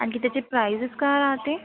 आणखी त्याची प्रायजेस काय राहते